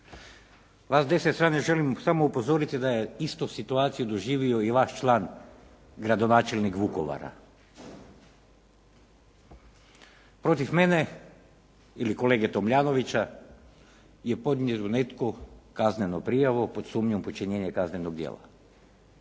Vas s desne strane želim samo upozoriti da je istu situaciju doživio i vaš član gradonačelnik Vukovara. Protiv mene ili kolege Tomljanovića je podnio netko kaznenu prijavu pod sumnjom počinjenja kaznenog djela.